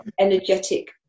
energetic